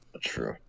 True